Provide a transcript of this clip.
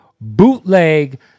Bootleg